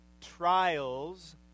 trials